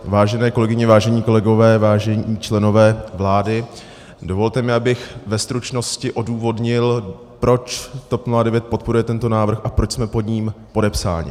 Vážené kolegyně, vážení kolegové, vážení členové vlády, dovolte mi, abych ve stručnosti odůvodnil, proč TOP 09 podporuje tento návrh a proč jsme pod ním podepsáni.